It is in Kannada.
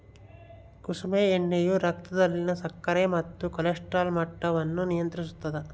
ಕುಸುಮೆ ಎಣ್ಣೆಯು ರಕ್ತದಲ್ಲಿನ ಸಕ್ಕರೆ ಮತ್ತು ಕೊಲೆಸ್ಟ್ರಾಲ್ ಮಟ್ಟವನ್ನು ನಿಯಂತ್ರಿಸುತ್ತದ